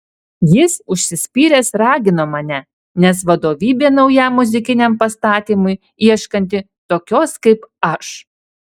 jis užsispyręs ragino mane nes vadovybė naujam muzikiniam pastatymui ieškanti tokios kaip aš